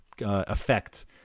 effect